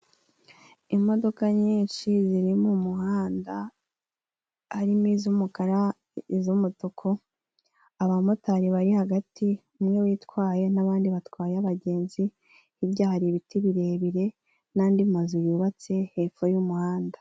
Imodoka nyinshi ziri mumuhanda harimo iz'umukara, iz'umutuku abamotari bari hagati umwe witwaye ,nabandi batwaye abagenzi hiryahari ibiti birebire, nandi mazu yubatse hepfo y'umuhanda.